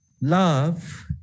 love